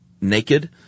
naked